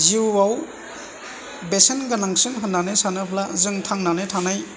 जिउआव बेसेन गोनांसिन होननानै सानोब्ला जों थांनानै थानाय